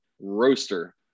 roaster